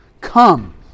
come